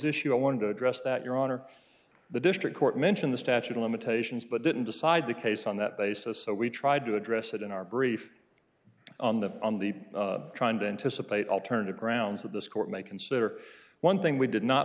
issue i wanted to address that your honor the district court mentioned the statute of limitations but didn't decide the case on that basis so we tried to address that in our brief on the on the trying to anticipate alternative grounds that this court may consider one thing we did not